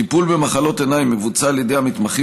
טיפול במחלות עיניים מבוצע על ידי המתמחים